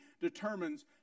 determines